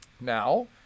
Now